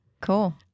Cool